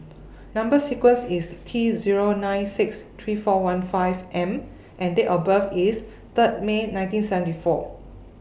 Number sequence IS T Zero nine six three four one five M and Date of birth IS Third May nineteen seventy four